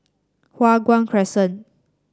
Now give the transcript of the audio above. Hua Guan Crescent